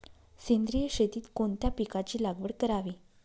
सेंद्रिय शेतीत कोणत्या पिकाची लागवड करावी?